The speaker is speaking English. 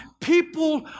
People